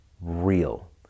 real